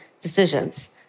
decisions